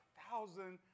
thousand